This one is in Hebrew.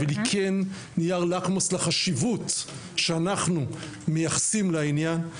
אבל היא נייר לקמוס לחשיבות שאנחנו מייחסים לעניין.